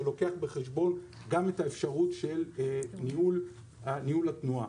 שלוקח בחשבון גם אפשרות של ניהול התנועה.